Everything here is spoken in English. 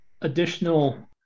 additional